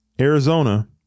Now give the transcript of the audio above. Arizona